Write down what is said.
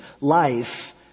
life